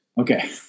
Okay